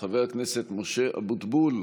חבר הכנסת משה אבוטבול,